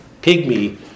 pygmy